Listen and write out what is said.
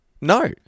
No